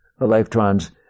electrons